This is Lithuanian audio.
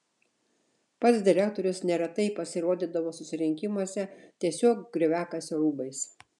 pats direktorius neretai pasirodydavo susirinkimuose tiesiog grioviakasio rūbais